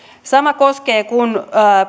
samaten kun